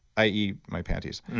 i e, my panties